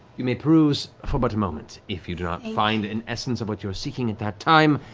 you may peruse for but a moment. if you do not find an essence of what you're seeking at that time,